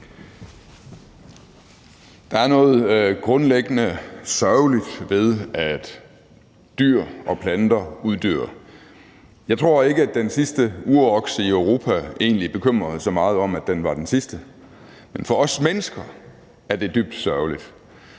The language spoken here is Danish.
Der er noget grundlæggende sørgeligt ved, at dyr og planter uddør. Jeg tror ikke, at den sidste urokse i Europa egentlig bekymrede sig meget om, at den var den sidste, men for os mennesker er det dybt sørgeligt,